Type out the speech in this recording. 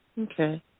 Okay